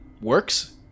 works